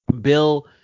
Bill